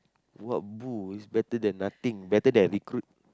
what boo it's better than nothing better than recruit